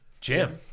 Jim